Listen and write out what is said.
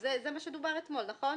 זה מה שדובר אתמול, נכון?